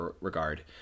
regard